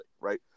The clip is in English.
right